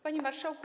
Panie Marszałku!